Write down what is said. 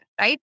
right